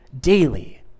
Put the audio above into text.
daily